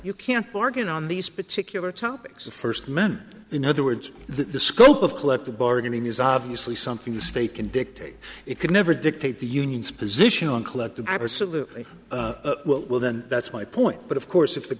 you can't bargain on these particular topics of first men in other words the scope of collective bargaining is obviously something the state can dictate it could never dictate the union's position on collective absolutely it will then that's my point but of course if the